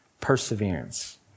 Perseverance